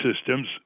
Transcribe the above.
systems